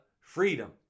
freedom